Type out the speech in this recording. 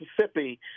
Mississippi